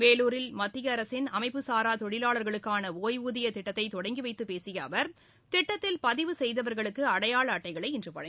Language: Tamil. வேலூரில் மத்திய அரசின் அமைப்புச் சாரா தொழிலாளர்களுக்கான ஓய்வூதிய திட்டத்தை தொடங்கி வைத்து பேசிய அவர் திட்டத்தில் பதிவு செய்தவர்களுக்கு அடையாள அட்டைகளை இன்று வழங்கினார்